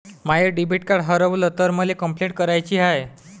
माय debit card हारवल तर मले कंपलेंट कराची हाय